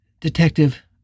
Detective